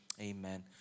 Amen